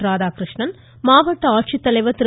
ராதாகிருஷ்ணன் மாவட்ட ஆட்சித்தலைவர் திரு